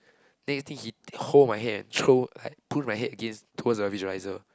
then he think he hold my head and throw like push my head against towards the visualiser